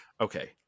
Okay